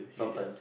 sometimes